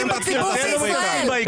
אנחנו מתעסקים בציבור בישראל,